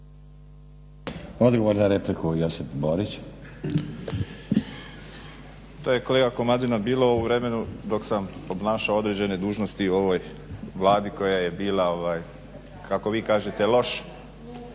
Borić. **Borić, Josip (HDZ)** To je kolega Komadina bilo u vremenu dok sam obnašao određene dužnosti u ovoj Vladi koja je bila kako vi kažete loš